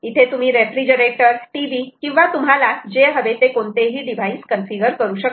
इथे तुम्ही refrigerator TV किंवा तुम्हाला जे हवे ते कोणतेही डिव्हाईस कन्फिगर करू शकतात